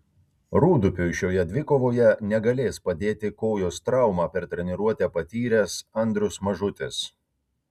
rūdupiui šioje dvikovoje negalės padėti kojos traumą per treniruotę patyręs andrius mažutis